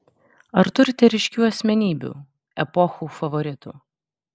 ar turite ryškių asmenybių epochų favoritų